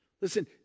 Listen